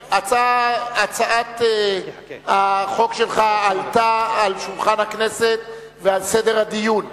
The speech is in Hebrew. הצעת החוק שלך עלתה על שולחן הכנסת ועל סדר הדיון.